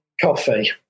coffee